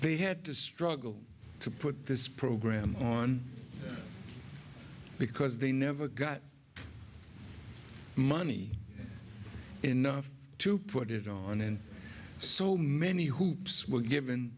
they had to struggle to put this program on because they never got money enough to put it on in so many hoops were given